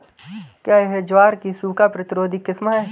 क्या यह ज्वार की सूखा प्रतिरोधी किस्म है?